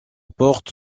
porte